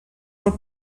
pel